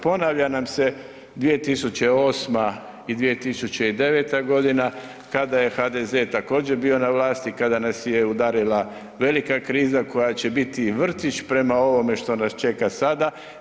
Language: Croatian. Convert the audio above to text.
Ponavlja nam se 2008. i 2009.g. kada je HDZ također bio na vlasti, kada nas je udarila velika kriza koja će biti vrtić prema ovome što nas čeka sada.